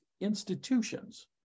institutions